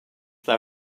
they